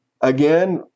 Again